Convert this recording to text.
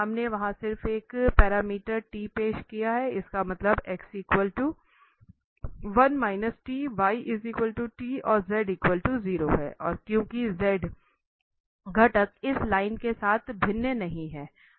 हमने वहां सिर्फ एक पैरामीटर t पेश किया इसका मतलब x 1 t y t और z 0 है और क्योंकि z घटक इस लाइन के साथ भिन्न नहीं है